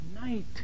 night